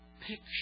picture